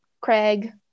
Craig